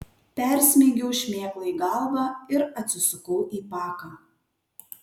persmeigiau šmėklai galvą ir atsisukau į paką